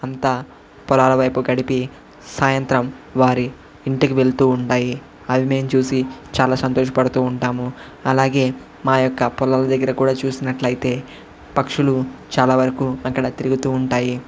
అంతా పొలాల వైపు గడిపి సాయంత్రం వారి ఇంటికి వెళుతూ ఉంటాయి అది నేను చూసి చాలా సంతోషపడుతూ ఉంటాము అలాగే మా యొక్క పొలాల దగ్గర కూడా చూసినట్లయితే పక్షులు చాలా వరకు అక్కడ తిరుగుతూ ఉంటాయి